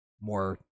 more